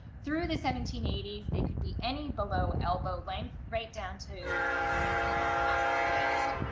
through the seventeen eighty s they could be any below elbow length right down to coming even past the wrist.